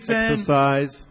exercise